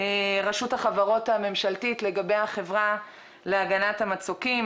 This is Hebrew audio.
רשות החברות הממשלתית לגבי החברה להגנת המצוקים.